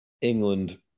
England